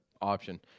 option